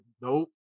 nope